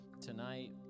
tonight